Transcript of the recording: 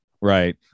Right